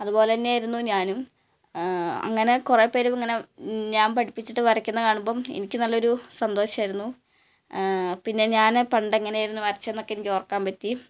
അതുപോലെ തന്നെ ആയിരുന്നു ഞാനും അങ്ങനെ കുറേ പേർ അങ്ങനെ ഞാൻ പഠിപ്പിച്ചിട്ട് വരയ്ക്കുന്നത് കാണുമ്പം എനിക്ക് നല്ലൊരു സന്തോഷമായിരുന്നു പിന്നെ ഞാൻ പണ്ട് എങ്ങനെയായിരുന്നു വരച്ചതെന്ന് എനിക്ക് ഓർക്കാൻ പറ്റി